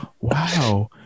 wow